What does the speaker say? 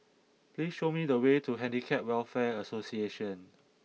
please show me the way to Handicap Welfare Association